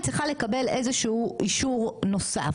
היא צריכה לקבל איזשהו אישור נוסף,